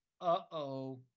uh-oh